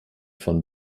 von